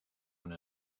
one